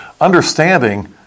Understanding